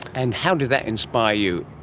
and how did that inspire you?